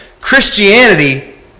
Christianity